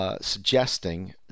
Suggesting